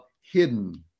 hidden